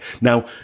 Now